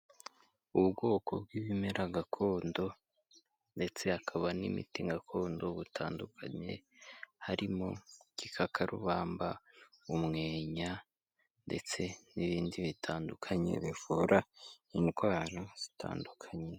Ubu ubwoko bw'ibimera gakondo ndetse hakaba n'imiti gakondo butandukanye, harimo igikakarubamba, umwenya ndetse n'ibindi bitandukanye bivura indwara zitandukanye.